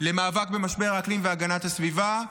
למאבק במשבר האקלים והגנת הסביבה,